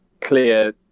clear